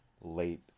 late